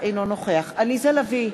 אינו נוכח עליזה לביא,